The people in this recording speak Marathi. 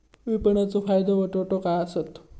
विपणाचो फायदो व तोटो काय आसत?